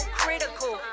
critical